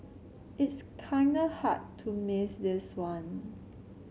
it's kinda hard to miss this one